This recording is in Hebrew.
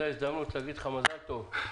זו הזדמנות לומר לך מזל טוב.